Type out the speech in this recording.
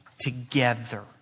together